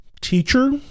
teacher